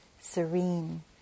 serene